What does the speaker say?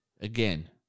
Again